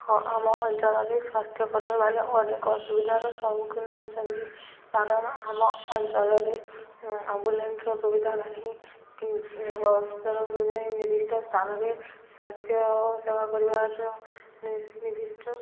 ହଁ ଆମ ଅଞ୍ଚଳରେ ସ୍ୱାସ୍ଥ୍ୟକର୍ମୀମାନେ ଅନେକ ଅସୁବିଧାର ସମ୍ମୁଖୀନ ହଉଛନ୍ତି କାରଣ ଆମ ଅଞ୍ଚଳରେ ଆମ୍ବୁଲାନ୍ସର ସୁବିଧା ନାହିଁ କି ହସ୍ପିଟାଲ୍ର ସୁବିଧା ନାହିଁ ନିର୍ଦ୍ଦିଷ୍ଟ ସ୍ଥାନରେ ସ୍ୱାସ୍ଥ୍ୟ ସେବା କରିବାର ନି ନିର୍ଦ୍ଦିଷ୍ଟ